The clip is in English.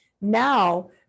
Now